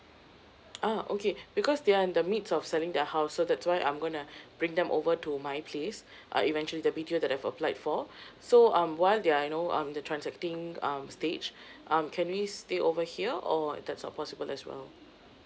ah okay because they are in the midst of selling their house so that's why I'm gonna bring them over to my place uh eventually the B_T_O that I've applied for so um while they are you know um their transacting um stage um can we stay over here or that's not possible as well